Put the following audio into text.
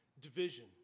division